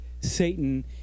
Satan